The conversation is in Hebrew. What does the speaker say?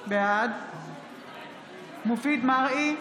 בעד מופיד מרעי,